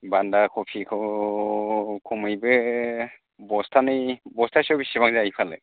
बान्दा कपिखौ खमैबो बस्थानै बस्थासेयाव बेसेबां जायो फालाय